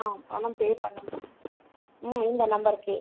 ஆ பணம் பே பண்ணனும் ம் இந்த நம்பருக்கே